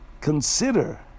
consider